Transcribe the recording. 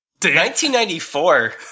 1994